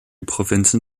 provinzen